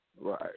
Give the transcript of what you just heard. Right